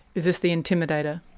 is this the intimidator?